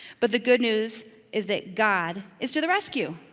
but the good news is that god is to the rescue.